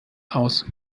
aus